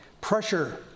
Pressure